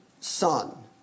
son